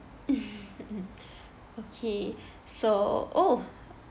okay so oh